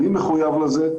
אני מחויב לזה.